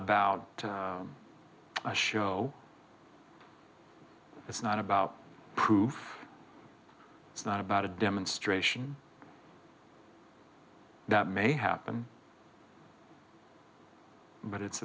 about a show it's not about proof it's not about a demonstration that may happen but it's